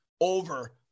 over